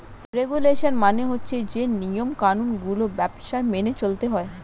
regulation মানে হচ্ছে যে নিয়ম কানুন গুলো ব্যবসায় মেনে চলতে হয়